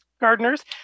gardeners